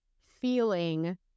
feeling